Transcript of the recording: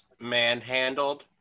manhandled